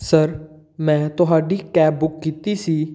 sir ਮੈਂ ਤੁਹਾਡੀ cab book ਕੀਤੀ ਸੀ